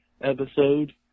episode